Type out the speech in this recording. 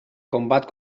combat